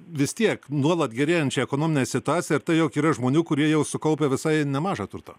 vis tiek nuolat gerėjančią ekonominę situaciją ir tai jog yra žmonių kurie jau sukaupę visai nemaža turto